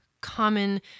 common